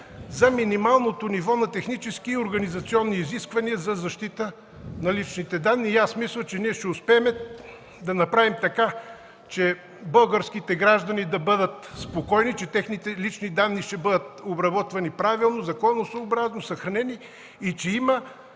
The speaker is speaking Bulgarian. за минималното ниво за технически и организационни изисквания за защита на личните данни. Мисля да успеем да направим така: българските граждани да бъдат спокойни, че техните лични данни ще бъдат обработвани правилно, законосъобразно, съхранени и че има